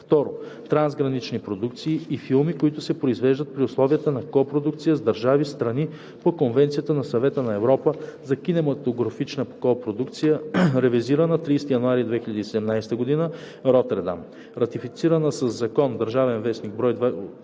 2. трансгранични продукции и филми, които се произвеждат при условията на копродукция с държави – страни по Конвенцията на Съвета на Европа за кинематографичната копродукция (ревизирана) 30 януари 2017 г., Ротердам, ратифицирана със закон (ДВ, бр. 81 от 2019